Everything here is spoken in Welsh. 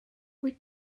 wyt